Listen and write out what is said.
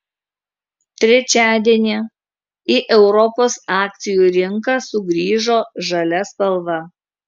trečiadienį į europos akcijų rinką sugrįžo žalia spalva